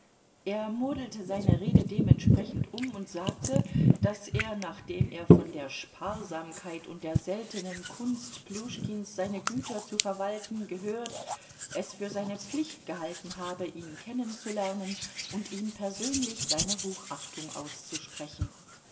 er modelte seine rede dementsprechend um und sagte daß er nachdem er von der sparsamkeit und der seltenen kunst pljuschkins seine güter zu verwalten gehört es für seine pflicht gehalten habe ihn kennenzulernen und ihm persönlich seine hochachtung auszusprechen